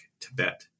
Tibet